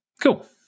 cool